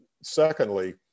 secondly